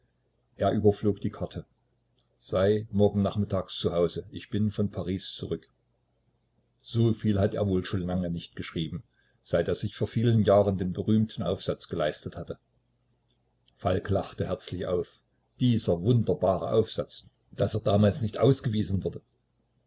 er überflog die karte sei morgen nachmittags zu hause ich bin von paris zurück so viel hat er wohl schon lange nicht geschrieben seit er sich vor vielen jahren den berühmten aufsatz geleistet hatte falk lachte herzlich auf dieser wunderbare aufsatz daß er damals nicht ausgewiesen wurde